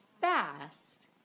fast